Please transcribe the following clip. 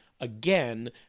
Again